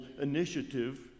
initiative